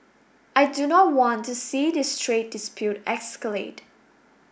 I do not want to see this trade dispute escalate